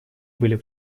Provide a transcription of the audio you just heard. были